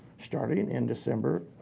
starting in december